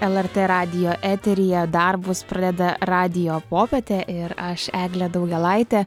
lrt radijo eteryje darbus pradeda radijo popietė ir aš eglė daugėlaitė